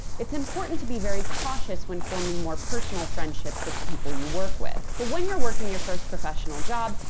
it's important to be very cautious when forming more personal friendships with the people you work with. but when you're working your first professional job,